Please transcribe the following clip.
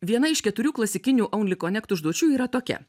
viena iš keturių klasikinių only konekt užduočių yra tokia